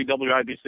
WIBC